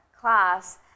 class